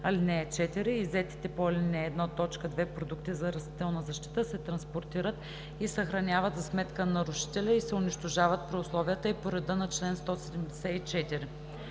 ал. 4: „(4) Иззетите по ал. 1, т. 2 продукти за растителна защита се транспортират и съхраняват за сметка на нарушителя и се унищожават при условията и по реда на чл. 174.“